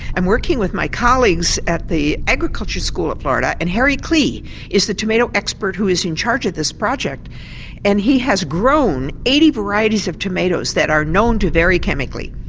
i'm working with my colleagues at the agricultural school of florida and harry klee is the tomato expert who is in charge of this project and he has grown eighty varieties of tomatoes that are known to vary chemically.